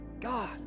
God